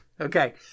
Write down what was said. Okay